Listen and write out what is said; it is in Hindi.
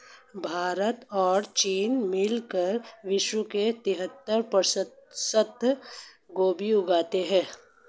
भारत और चीन मिलकर विश्व का तिहत्तर प्रतिशत गोभी उगाते हैं